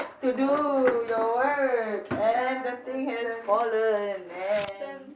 to do your work and the thing has fallen and